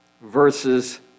verses